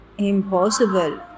impossible